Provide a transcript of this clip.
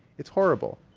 it's horrible.